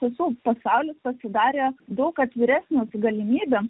pasaulis pasidarė daug atviresnis galimybėm